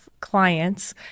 clients